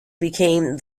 became